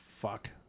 fuck